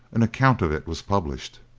an account of it was published.